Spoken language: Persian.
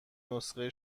نسخه